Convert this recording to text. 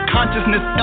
Consciousness